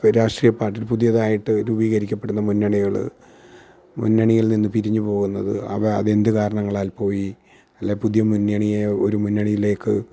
രാഷ്ട്രീയ പാർട്ടികൾ പുതിയതായിട്ട് രൂപീകരിക്കപ്പെടുന്ന മുന്നണികള് മുന്നണിയിൽ നിന്ന് പിരിഞ്ഞു പോവുന്നത് അവ അത് എന്ത് കാരണങ്ങളാൽ പോയി അല്ലെൽ പുതിയ മുന്നണിയെ ഒരു മുന്നണിയിലേക്ക്